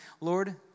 Lord